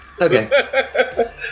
Okay